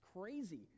crazy